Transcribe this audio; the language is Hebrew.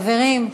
חברים,